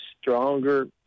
stronger